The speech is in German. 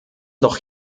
doch